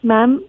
Ma'am